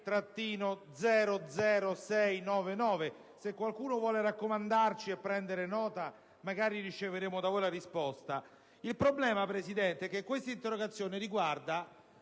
Il problema, signora Presidente, è che questa interrogazione riguarda